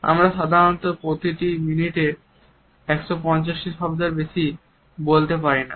আমরা সাধারণত প্রতি মিনিটে 150 শব্দের বেশি বলতে পারিনা